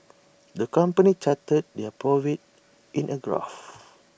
the company charted their profits in A graph